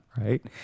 right